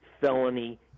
felony